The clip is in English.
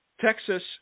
Texas